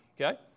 okay